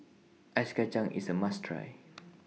Ice Kachang IS A must Try